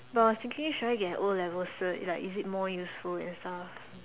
but I was thinking should I get an O-level cert it's like is it more useful and stuff